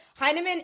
heineman